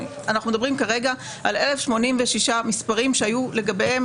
אנחנו מדברים כרגע על 1,086 מספרים שהיו לגביהם